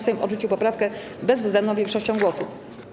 Sejm odrzucił poprawkę bezwzględną większością głosów.